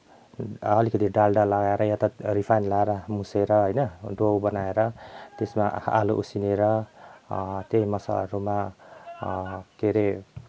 अलिकति डाल्डा लगाएर या त रिफाइन्ड लगाएर मुसेर होइन डो बनाएर त्यसमा आलु उसिनेर त्यही मसालाहरूमा के अरे